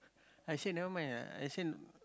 I said never mind lah I said